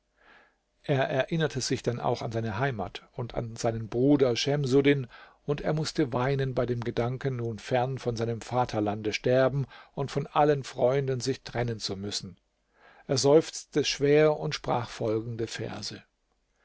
er erinnerte sich dann auch an seine heimat und an seinen bruder schemsuddin und er mußte weinen bei dem gedanken nun fern von seinem vaterlande sterben und von allen freunden sich trennen zu müssen er seufzte schwer und sprach folgende verse